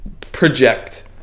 project